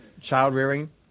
child-rearing